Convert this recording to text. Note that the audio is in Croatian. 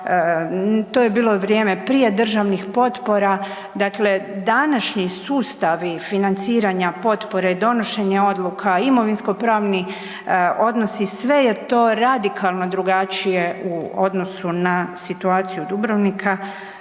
to je bilo vrijeme prije državnih potpora. Dakle današnji sustavi financiranja potpore, donošenja odluka, imovinskopravni odnosi sve je to radikalno drugačije u odnosu na situaciju Dubrovnika,